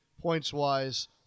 Points-wise